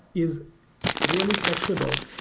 is really flexible.